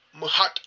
muhat